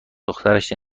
دخترش